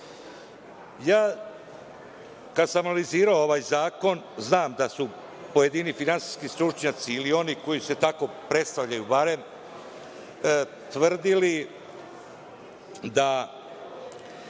Kada sam analizirao ovaj zakon znam da su pojedini finansijski stručnjaci ili oni koji se tako predstavljaju tvrdili da